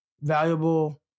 valuable